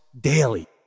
daily